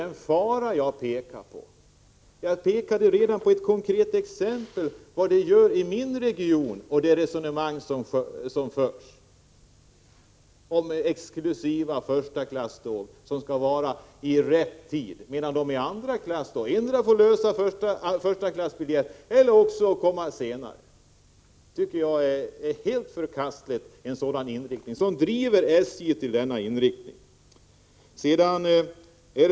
Jag har här pekat på en fara. Jag gav ett konkret exempel från min hemregion på det resonemang som förs om exklusiva förstaklasståg som kommer fram i rätt tid, medan de som åker i andra klass får komma fram senare. Det resonemang som driver fram en sådan inriktning är helt förkastligt.